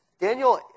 Daniel